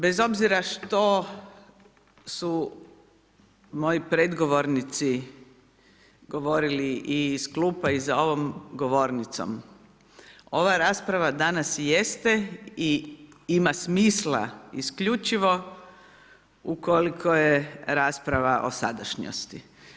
Bez obzira što su moji predgovornici govorili i iz klupa i za ovom govornicom, ova rasprava danas jeste i ima smisla isključivo ukoliko je rasprava o sadašnjosti.